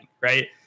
right